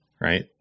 Right